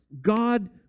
God